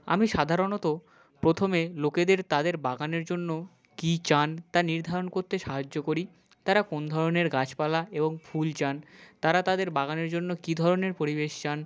আমি সাধারণত প্রথমে লোকেদের তাদের বাগানের জন্য কী চান তা নির্ধারণ করতে সাহায্য করি তারা কোন ধরনের গাছপালা এবং ফুল চান তারা তাদের বাগানের জন্য কী ধরনের পরিবেশ চান